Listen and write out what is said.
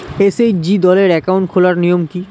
SHG দলের account খোলার নিয়ম কী?